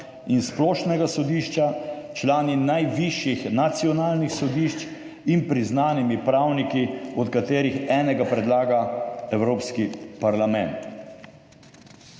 in Splošnega sodišča, člani najvišjih nacionalnih sodišč in priznanimi pravniki, od katerih enega predlaga Evropski parlament.